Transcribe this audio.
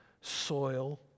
soil